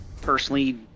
personally